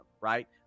right